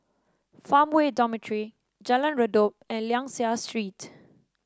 Farmway Dormitory Jalan Redop and Liang Seah Street